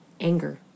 Anger